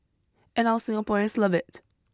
and our Singaporeans love it